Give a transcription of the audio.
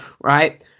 right